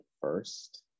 first